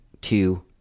two